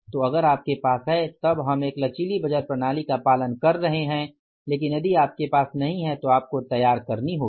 तो अगर आपके पास है तब हम एक लचीली बजट प्रणाली का पालन कर रहे हैं लेकिन यदि आपके पास नहीं है तो आपको तैयार करनी होगी